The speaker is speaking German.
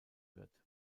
wird